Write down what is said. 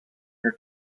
her